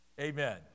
Amen